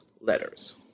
letters